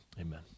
amen